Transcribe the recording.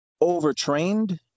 overtrained